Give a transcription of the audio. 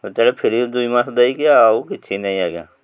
ତେଣୁ ଫ୍ରି ଦୁଇ ମାସ ଦେଇକି ଆଉ କିଛି ନାହିଁ ଆଜ୍ଞା